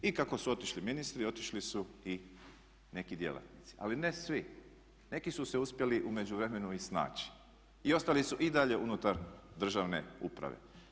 I kako su otišli ministri, otišli su i neki djelatnici, ali ne svi, neki su se uspjeli u međuvremenu i snaći i ostali su i dalje unutar državne uprave.